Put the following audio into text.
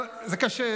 די, שקט.